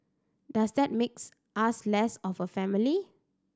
does that make us less of a family